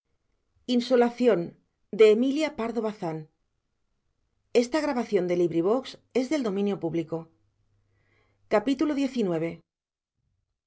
amorosa emilia pardo bazán a